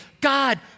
God